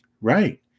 right